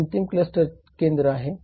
ते अंतिम क्लस्टर केंद्रे आहेत